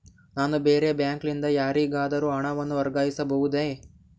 ನಾನು ಬೇರೆ ಬ್ಯಾಂಕ್ ಲಿಂದ ಯಾರಿಗಾದರೂ ಹಣವನ್ನು ವರ್ಗಾಯಿಸಬಹುದೇ?